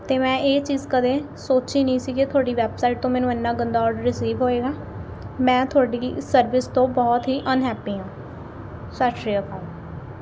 ਅਤੇ ਮੈਂ ਇਹ ਚੀਜ਼ ਕਦੇ ਸੋਚੀ ਨਹੀਂ ਸੀ ਕਿ ਤੁਹਾਡੀ ਵੈੱਬਸਾਈਟ ਤੋਂ ਮੈਨੂੰ ਐਨਾ ਗੰਦਾ ਔਡਰ ਰਿਸੀਵ ਹੋਵੇਗਾ ਮੈਂ ਤੁਹਾਡੀ ਸਰਵਿਸ ਤੋਂ ਬਹੁਤ ਹੀ ਅਨਹੈਪੀ ਹਾਂ ਸਤਿ ਸ਼੍ਰੀ ਅਕਾਲ